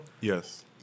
Yes